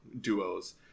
duos